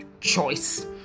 choice